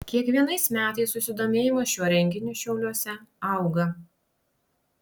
kiekvienais metais susidomėjimas šiuo renginiu šiauliuose auga